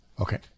okay